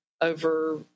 over